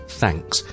thanks 。